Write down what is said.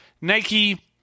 Nike